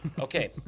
Okay